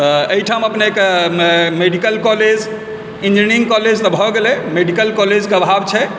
तऽ एहिठाम अपनेके मेडिकल कॉलेज इंजिनीरिंग कॉलेज तऽ भऽ गेलै मेडिकल कॉलेजके अभाव छै